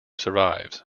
survives